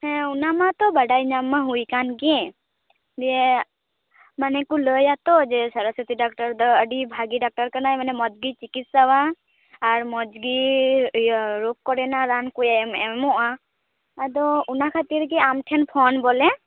ᱦᱮᱸ ᱚᱱᱟ ᱢᱟᱛᱚ ᱵᱟᱲᱟᱭ ᱧᱟᱢ ᱢᱟ ᱦᱩᱭᱠᱟᱱᱜᱮ ᱫᱤᱭᱮ ᱢᱟᱱᱮᱠᱚ ᱞᱟᱹᱭ ᱟᱛᱚ ᱡᱮ ᱥᱚᱨᱚᱥᱚᱛᱤ ᱰᱚᱠᱴᱚᱨ ᱫᱚ ᱟᱰᱤ ᱵᱷᱟᱜᱮ ᱰᱚᱠᱴᱚᱨ ᱠᱟᱱᱟᱭ ᱢᱟᱱᱮ ᱢᱚᱡᱽ ᱜᱮ ᱪᱤᱠᱤᱛᱥᱟᱣᱟᱜ ᱟᱨ ᱢᱚᱡᱽ ᱜᱮ ᱤᱭᱟᱹ ᱨᱳᱜᱽ ᱠᱚᱨᱮᱱᱟᱜ ᱨᱟᱱᱠᱚᱭ ᱮᱢ ᱮᱢᱚᱜᱼᱟ ᱟᱫᱚ ᱚᱱᱟ ᱠᱷᱟᱹᱛᱤᱨ ᱜᱮ ᱟᱢᱴᱷᱮᱱ ᱯᱷᱳᱱ ᱵᱚᱞᱮ